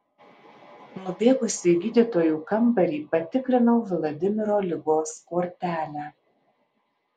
nubėgusi į gydytojų kambarį patikrinau vladimiro ligos kortelę